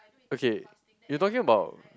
okay you talking about